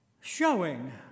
showing